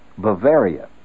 Bavaria